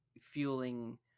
fueling